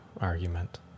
argument